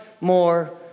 more